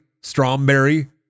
strawberry